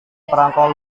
perangko